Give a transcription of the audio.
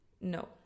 No